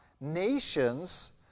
Nations